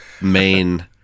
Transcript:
main